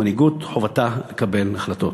המנהיגות חובתה לקבל החלטות.